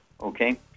Okay